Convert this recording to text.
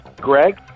Greg